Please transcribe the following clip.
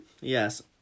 Yes